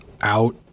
out